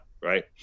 Right